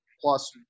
plus